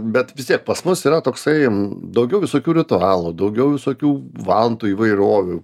bet vis tiek pas mus yra toksai daugiau visokių ritualų daugiau visokių vantų įvairovių